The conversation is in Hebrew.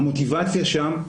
המוטיבציה שם,